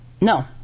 No